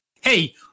hey